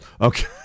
Okay